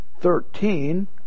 Thirteen